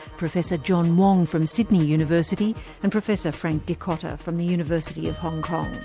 professor john wong from sydney university and professor frank dikotter from the university of hong kong.